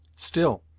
still,